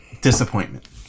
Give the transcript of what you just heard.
disappointment